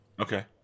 Okay